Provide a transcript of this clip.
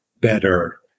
better